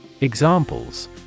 Examples